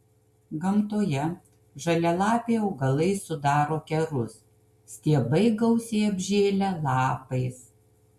gamtoje žalialapiai augalai sudaro kerus stiebai gausiai apžėlę lapais